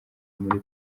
muri